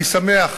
במקביל,